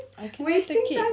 I cannot take it